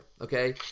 Okay